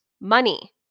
money